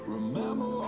Remember